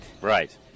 Right